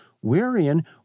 wherein